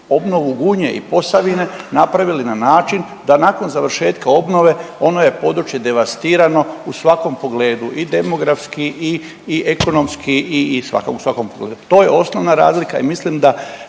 obnovu Gunje i Posavine napravili na način da nakon završetka obnove, ono je područje devastirano u svakom pogledu i demografski i ekonomski i u svakom pogledu. To je osnovna razlika i mislim da